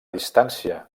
distància